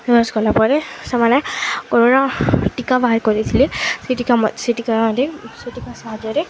ଦୁଇ ବରଷ୍ ଗଲା ପରେ ସେମାନେ କରୋନା ଟୀକା ବାହାର୍ କରିଥିଲେ ସେ ସେ ଟୀକା ସେ ଟୀକା ସାହାଯ୍ୟରେ